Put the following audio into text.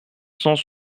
cent